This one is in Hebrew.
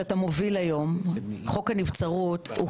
שאתה מוביל היום חוק הנבצרות הוא